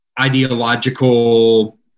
ideological